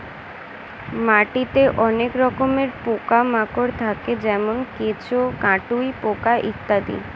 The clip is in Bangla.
মাটিতে অনেক রকমের পোকা মাকড় থাকে যেমন কেঁচো, কাটুই পোকা ইত্যাদি